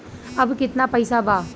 अब कितना पैसा बा?